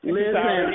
Listen